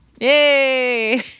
Yay